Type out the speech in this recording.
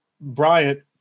Bryant